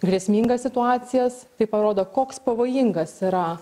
grėsmingas situacijas tai parodo koks pavojingas yra